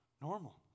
Normal